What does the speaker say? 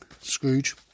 Scrooge